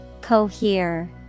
Cohere